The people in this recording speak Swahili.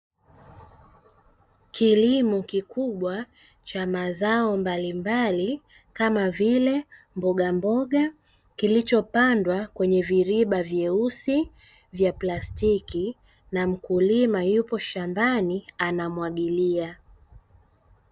Kilimo kikubwa cha mazao mbalimbali kama vile mbogamboga kilichopandwa kwenye viriba vyeusi vya plastiki na mkulima yupo shambani anamwagilia.